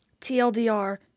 TLDR